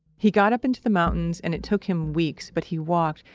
he got up into the mountains and, it took him weeks but he walked,